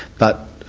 but